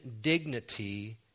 dignity